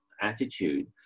attitude